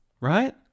Right